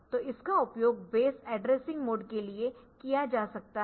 तो इसका उपयोग बेस एड्रेसिंग मोड के लिए किया जा सकता है